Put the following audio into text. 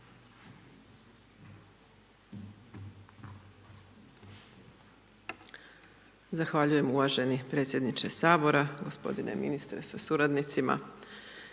Zahvaljujem uvaženi predsjedniče sabora, gospodine ministre sa suradnicima,